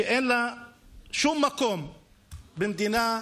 שאין לה שום מקום במדינה ראויה,